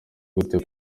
gute